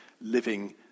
living